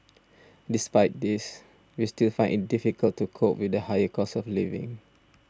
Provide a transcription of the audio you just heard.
despite this we still find it difficult to cope with the higher cost of living